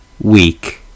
weak